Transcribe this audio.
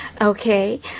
Okay